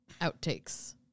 outtakes